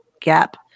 gap